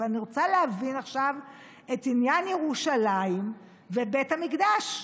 ואני רוצה להבין עכשיו את עניין ירושלים ובית המקדש.